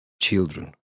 children